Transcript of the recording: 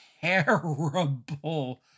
terrible